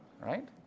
Right